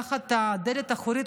דרך הדלת האחורית,